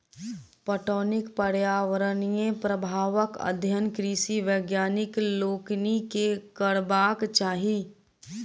पटौनीक पर्यावरणीय प्रभावक अध्ययन कृषि वैज्ञानिक लोकनि के करबाक चाही